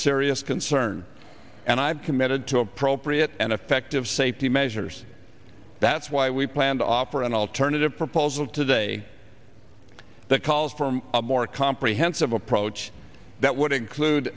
serious concern and i've committed to appropriate and effective safety measures that's why we plan to offer an alternative proposal today that calls from a more comprehensive approach that would include